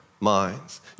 minds